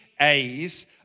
A's